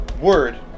word